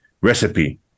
recipe